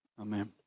Amen